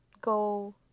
Go